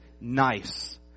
nice